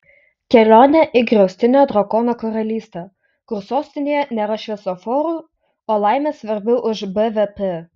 kelionė į griaustinio drakono karalystę kur sostinėje nėra šviesoforų o laimė svarbiau už bvp